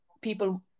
people